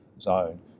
zone